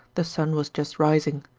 the sun was just rising.